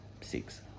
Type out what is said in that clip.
six